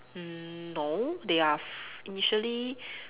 mm no they are f~ initially